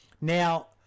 Now